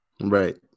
right